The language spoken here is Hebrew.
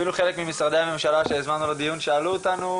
אפילו חלק ממשרדי הממשלה שהזמנו לדיון שאלו אותנו,